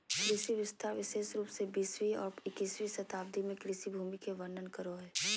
कृषि विस्तार विशेष रूप से बीसवीं और इक्कीसवीं शताब्दी में कृषि भूमि के वर्णन करो हइ